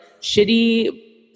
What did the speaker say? shitty